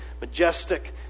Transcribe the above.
majestic